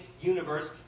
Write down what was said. universe